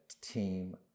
team